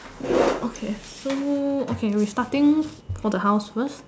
okay so okay we starting for the house first